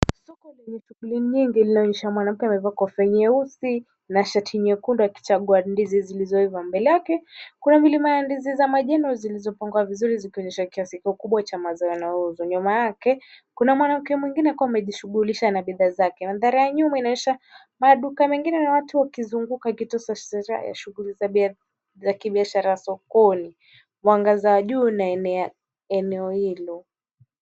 Soko lenye shughuli nyingi linaonyesha mwanamke amevaa kofia nyeusi na shati nyekundu akichagua ndizi zilizoiva. Mbele yake kuna ndizi za majani zilizopangwa vizuri zikionyesha kiasi kikubwa cha mazao yanayouzwa. Nyuma yake kuna mwanamke mwengine huko amejishughulisha na bidhaa zake. Maandhari ya nyuma yanaonyesha maduka mengine ya watu wakizunguka wakifanya shughuli za kibiashara za kisokoni, mwangaza wa juu unaenea eneo hilo.